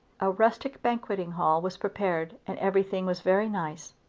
a rustic banqueting hall was prepared and everything was very nice.